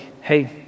hey